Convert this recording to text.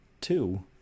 two